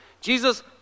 Jesus